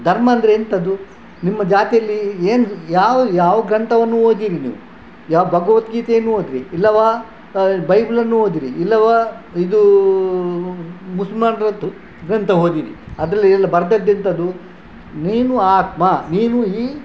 ಧರ್ಮ ಅಂದರೆ ಎಂಥದ್ದು ನಿಮ್ಮ ಜಾತಿಯಲ್ಲಿ ಏನು ಯಾವ ಯಾವ ಗ್ರಂಥವನ್ನು ಓದಿರಿ ನೀವು ಯಾವ ಭಗವದ್ಗೀತೆಯನ್ನು ಓದಿರಿ ಇಲ್ಲವಾ ಬೈಬಲನ್ನು ಓದಿರಿ ಇಲ್ಲವಾ ಇದು ಮುಸ್ಮಾನ್ರದ್ದು ಗ್ರಂಥ ಓದಿರಿ ಅದರಲ್ಲೆಲ್ಲ ಬರೆದದ್ದೆಂಥದ್ದು ನೀನು ಆತ್ಮ ನೀನು ಈ